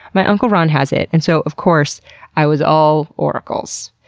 my uncle ron has it, and so of course i was all all auricles.